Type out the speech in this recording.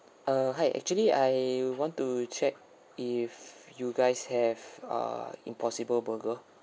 uh hi actually I want to check if you guys have err impossible burger